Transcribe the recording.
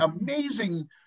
amazing